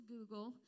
Google